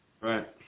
Right